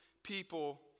People